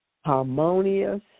harmonious